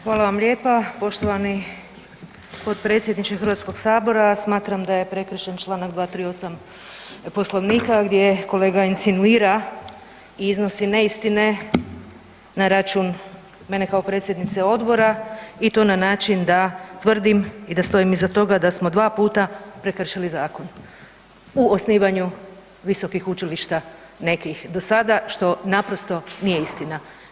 Hvala vam lijepa poštovani potpredsjedniče HS-a, smatram da je prekršen čl. 238 Poslovnika gdje kolega insinuira i iznosi neistine na račun mene kao predsjednice Odbora i to na način da tvrdim i stojim iza toga da smo dva puta prekršili zakon u osnivanju visokih učilišta nekih do sada, što naprosto, nije istina.